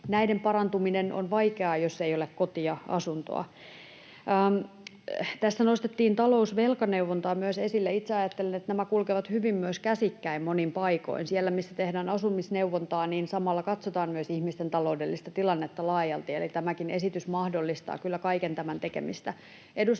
näiden parantuminen on vaikeaa, jos ei ole kotia, asuntoa. Tässä nostettiin esille myös talous-, velkaneuvontaa. Itse ajattelen, että nämä kulkevat hyvin myös käsikkäin monin paikoin. Siellä, missä tehdään asumisneuvontaa, samalla katsotaan myös ihmisten taloudellista tilannetta laajalti, eli tämäkin esitys mahdollistaa kyllä kaiken tämän tekemistä. Edustajat